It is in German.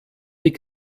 die